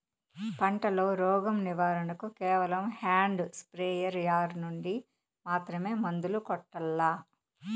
పంట లో, రోగం నివారణ కు కేవలం హ్యాండ్ స్ప్రేయార్ యార్ నుండి మాత్రమే మందులు కొట్టల్లా?